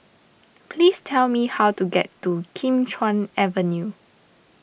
please tell me how to get to Kim Chuan Avenue